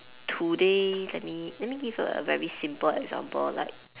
today let me let me give a very simple example like